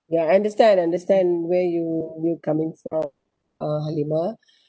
ya I understand understand where you you're coming from uh Halimah